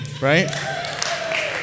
right